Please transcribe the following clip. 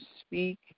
speak